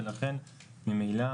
ולכן ממילא